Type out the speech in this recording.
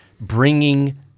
bringing